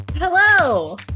Hello